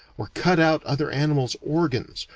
or cut out other animals' organs,